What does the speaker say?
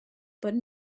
but